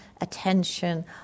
attention